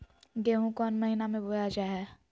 गेहूँ कौन महीना में बोया जा हाय?